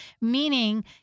meaning